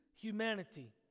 humanity